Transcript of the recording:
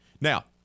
Now